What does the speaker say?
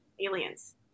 aliens